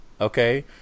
okay